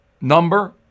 number